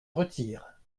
retire